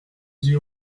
dit